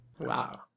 Wow